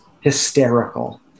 hysterical